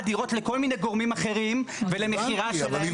דירות לכל מיני גורמים אחרים ולמכירה שלהם.